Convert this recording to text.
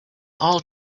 all